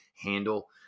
handle